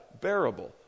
bearable